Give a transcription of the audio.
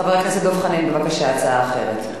חבר הכנסת דב חנין, בבקשה, הצעה אחרת.